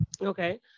Okay